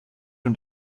und